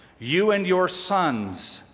you and your sons